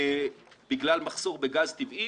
בגלל מחסור בגז טבעי